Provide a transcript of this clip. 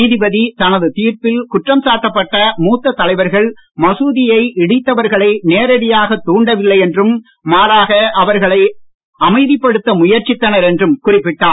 நீதிபதி தனது தீர்ப்பில் குற்றம் சாட்டப்பட்ட மூத்த தலைவர்கள் மசூதியை இடித்தவர்களை நேரடியாக தாண்டவில்லை என்றும் மாறாக அவர்களை அமைதிப்படுத்த முயற்சித்தனர் என்றும் குறிப்பிட்டார்